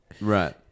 right